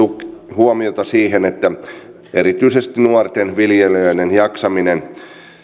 huomiota siihen että erityisesti nuorten viljelijöiden jaksaminen